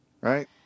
Right